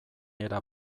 era